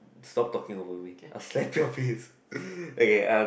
stop talking over me I'll slap your face okay uh